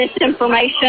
misinformation